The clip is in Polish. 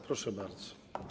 Proszę bardzo.